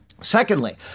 Secondly